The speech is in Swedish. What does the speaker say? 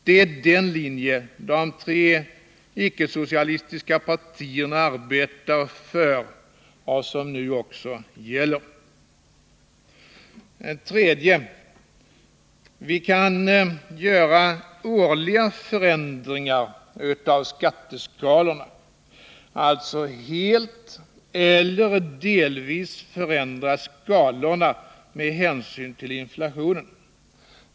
Det är den linjen som de tre icke-socialistiska partierna arbetar för och som nu också gäller. Det tredje alternativet kan göra årliga förändringar av skatteskalorna, alltså helt eller delvis förändra skalorna med hänsyn till inflationen.